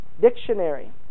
dictionary